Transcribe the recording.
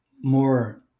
more